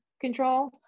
control